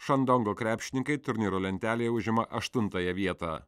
šandongo krepšininkai turnyro lentelėje užima aštuntąją vietą